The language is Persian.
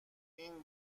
این